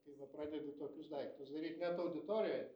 kai va pradedi tokius daiktus daryt net auditorijoj